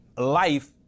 life